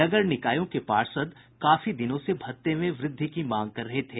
नगर निकायों के पार्षद काफी दिनों से भत्ते में वृद्धि की मांग कर रहे थे